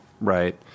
Right